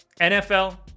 NFL